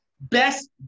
Best